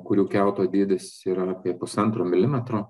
kurių kiauto dydis yra apie pusantro milimetro